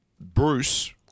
Bruce